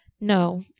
No